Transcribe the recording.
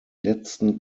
letzten